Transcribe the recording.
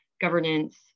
governance